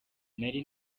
nari